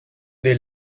they